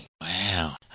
Wow